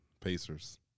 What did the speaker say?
Pacers